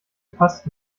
passt